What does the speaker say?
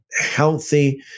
healthy